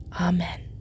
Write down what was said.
Amen